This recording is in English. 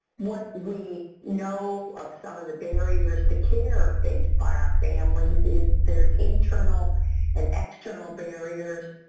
what we know of some of the barriers to care faced by our families is their internal and external barriers,